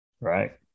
Right